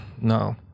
no